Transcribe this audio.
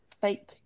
fake